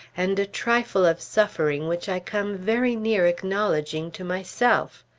and a trifle of suffering which i come very near acknowledging to myself.